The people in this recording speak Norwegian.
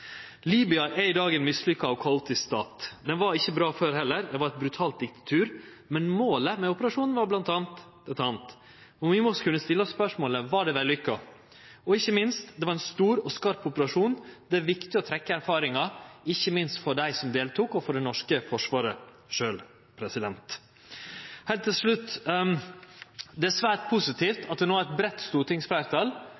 Libya er i dag ein mislukka og kaotisk stat. Det var ikkje bra der før heller, det var eit brutalt diktatur, men målet med operasjonen var bl.a. eit anna. Vi må kunne stille oss spørsmålet: Var det vellukka? Ikkje minst var det ein stor og skarp operasjon. Det er viktig å trekkje erfaringar, ikkje minst for dei som deltok, og for det norske forsvaret sjølv. Heilt til slutt: Det er svært